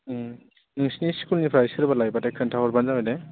नोंसोरनि स्कुलनिफ्राय सोरबा लायोबाथाय खिनथा हरबानो जाबाय दे